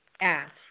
ask